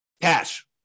Cash